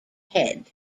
head